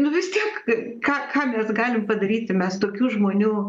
nu vis tiek k ką ką mes galim padaryti mes tokių žmonių